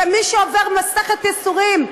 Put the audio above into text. כמי שעובר מסכת ייסורים,